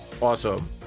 Awesome